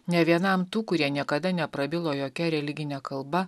nė vienam tų kurie niekada neprabilo jokia religine kalba